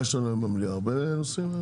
הצעת הממשלה קבעה שאם תוך --- לא ענינו,